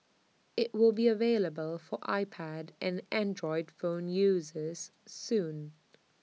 IT will be available for iPad and Android phone users soon